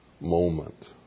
moment